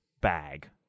bag